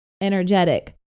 energetic